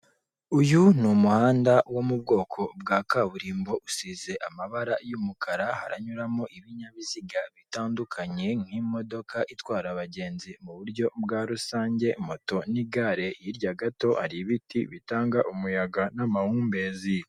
Uyu ni umuhanda wo mu bwoko bwa kaburimbo usize amabara y'umukara haranyuramo ibinyabiziga bitandukanye nk'imodoka itwara abagenzi mu buryo bwa rusange moto n'igare hirya gato hari ibiti bitanga umuyaga n'amahumbezi.